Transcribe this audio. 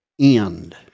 end